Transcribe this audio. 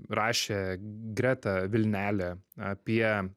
rašė greta vilnelė apie